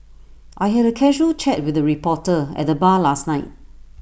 I had A casual chat with the reporter at the bar last night